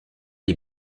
est